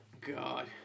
God